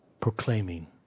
proclaiming